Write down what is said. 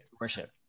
worship